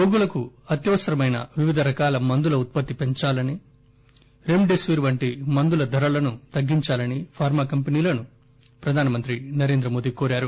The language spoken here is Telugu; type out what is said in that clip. రోగులకు అత్యవసరమైన వివిధ రకాల మందుల ఉత్పత్తి పెంచాలని రెమ్డెసివిర్ వంటి మందుల ధరలను తగ్గించాలని ఫార్మా కంపెనీలను ప్రధాన మంత్రి నరేంద్ర మోదీ కోరారు